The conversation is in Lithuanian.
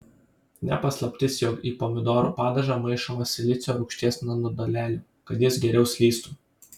ne paslaptis jog į pomidorų padažą maišoma silicio rūgšties nanodalelių kad jis geriau slystų